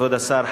כבוד השר,